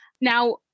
Now